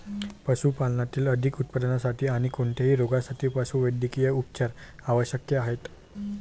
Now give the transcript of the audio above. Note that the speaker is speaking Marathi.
पशुपालनातील अधिक उत्पादनासाठी आणी कोणत्याही रोगांसाठी पशुवैद्यकीय उपचार आवश्यक आहेत